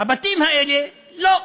הבתים האלה, לא.